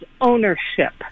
ownership